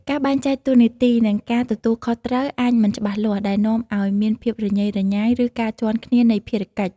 ការបែងចែកតួនាទី និងការទទួលខុសត្រូវអាចមិនច្បាស់លាស់ ដែលនាំឲ្យមានភាពរញ៉េរញ៉ៃ ឬការជាន់គ្នានៃភារកិច្ច។